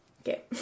Okay